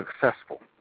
successful